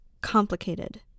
complicated